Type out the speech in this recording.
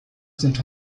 sind